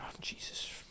Jesus